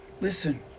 Listen